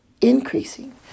increasing